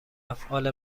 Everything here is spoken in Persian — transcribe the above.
افعال